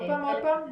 עוד פעם, עוד פעם.